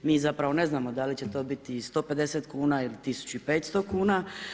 Mi zapravo ne znamo da li će to biti 150 kuna ili 1500 kuna.